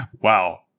Wow